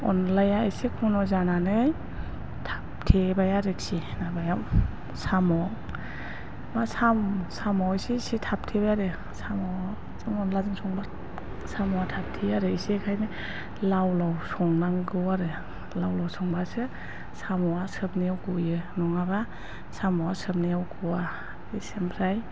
अनलाया एसे घन' जानानै थाबथेबाय आरोखि माबायाव साम' मा साम'आसो एसे एसे थाबथेयो आरो साम'जों अनलाजों संबा साम'आ थाबथेयो आरो एसे ओंखायनो लाव लाव संनांगौ आरो लाव लाव संबासो साम'आ सोबनायाव गयो नङाबा साम'आ सोबनायाव गवा ओमफ्राय